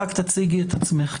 רק תציגי את עצמך.